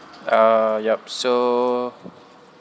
uh yup so